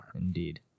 indeed